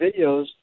videos